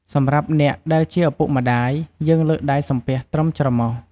សម្រាប់អ្នកដែលជាឪពុកម្តាយ យើងលើកដៃសំពះត្រឹមច្រមុះ។